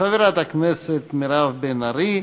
חברת הכנסת מירב בן ארי,